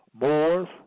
Moors